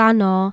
no